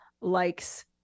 likes